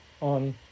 on